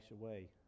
away